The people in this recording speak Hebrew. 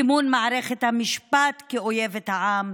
סימון מערכת המשפט כאויבת העם,